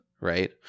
right